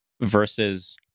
versus